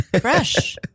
fresh